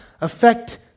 affect